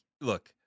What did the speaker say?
Look